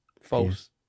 False